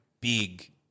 big